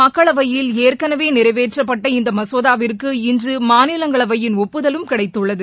மக்களவையில் ஏற்கனவேநிறைவேற்றப்பட்ட இந்தமசோதாவிற்கு இன்றுமாநிலங்களவையின் ஒப்புதலும் கிடைத்துள்ளது